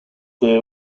they